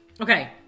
Okay